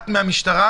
בתור מישהו מהמשטרה: